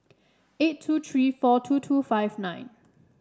eight two three four two two five nine